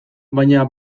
baina